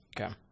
Okay